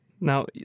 now